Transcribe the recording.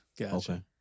Okay